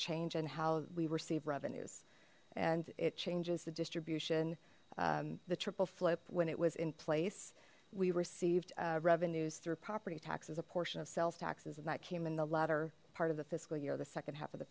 change and how we receive revenues and it changes the distribution the triple flip when it was in place we received revenues through property tax as a portion of sales taxes and that came in the latter part of the fiscal year the second half of the